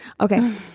Okay